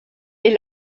est